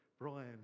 Brian